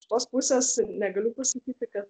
įš kitos pusės negaliu pasakyti kad